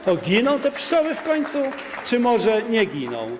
To giną te pszczoły w końcu czy nie giną?